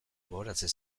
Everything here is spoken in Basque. gogoratzen